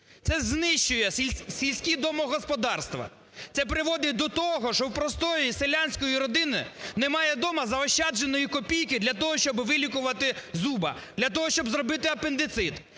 Це знищує сільські домогосподарства, це приводить до того, що в простої селянської родини немає дома заощадженої копійки для того, щоб вилікувати зуба, для того, щоб зробити апендицит.